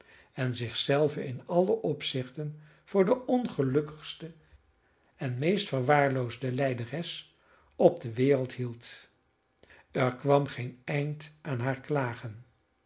en zich zelve in alle opzichten voor de ongelukkigste en meest verwaarloosde lijderes op de wereld hield er kwam geen eind aan haar klagen